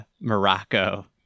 Morocco